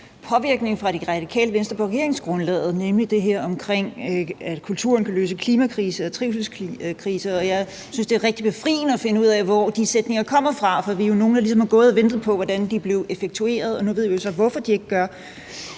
Radikale Venstre havde påvirket regeringsgrundlaget, nemlig det her med, at kulturen kan løse klimakrise og trivselskrise, og jeg synes, det er rigtig befriende at finde ud af, hvor de sætninger kommer fra, for vi er jo nogle, der ligesom har gået og ventet på, hvordan de blev effektueret, og nu ved vi så, hvorfor de ikke gør